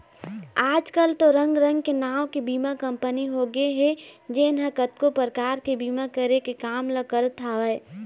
आजकल तो रंग रंग के नांव के बीमा कंपनी होगे हे जेन ह कतको परकार के बीमा करे के काम ल करत हवय